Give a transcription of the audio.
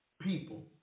people